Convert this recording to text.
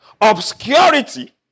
obscurity